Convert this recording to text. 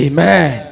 Amen